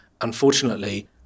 Unfortunately